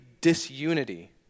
disunity